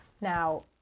now